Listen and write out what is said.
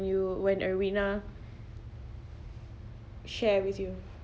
you when arina share with you